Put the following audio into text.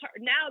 now